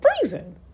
freezing